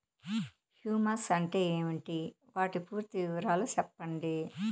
Humus అంటే ఏంటి? వాటి పూర్తి వివరాలు సెప్పండి?